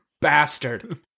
bastard